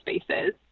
spaces